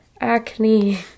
Acne